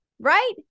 right